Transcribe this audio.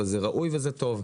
וזה ראוי וזה טוב.